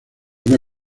una